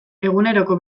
eguneroko